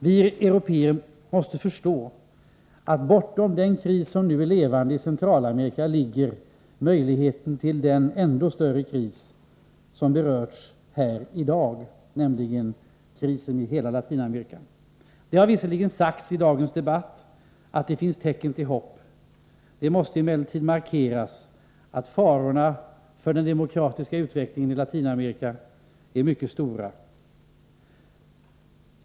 Vi européer måste förstå att bortom den kris som nu är levande i Centralamerika ligger möjligheten till en ännu större kris, nämligen krisen i hela Latinamerika. Det har visserligen sagts i dagens debatt att det finns hoppingivande tecken. Emellertid måste det markeras att farorna för den demokratiska utvecklingen i Latinamerika är mycket stora.